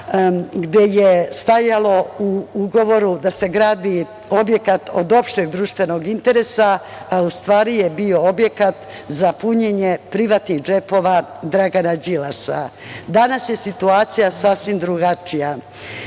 gde je stajalo u Ugovoru da se gradi objekat od opšteg društvenog interesa, a u stvari je bio objekat za punjenje privatnih džepova Dragana Đilasa. Danas je situacije sasvim drugačija.